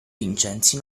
vincenzi